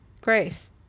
Grace